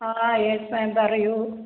ആ yes ma'am പറയൂ